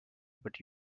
but